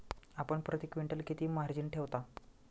आपण प्रती क्विंटल किती मार्जिन ठेवता?